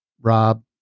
rob